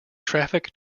traffic